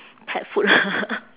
pet food